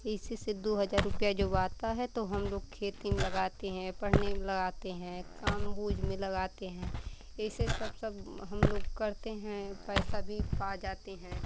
इसी से दो हज़ार रुपया जो आता है तो हम लोग खेती में लगाते हैं पढ़ने में लगाते हैं काम बूझ में लगाते हैं ऐसे सब सब हम लोग करते हैं पैसा भी पा जाते हैं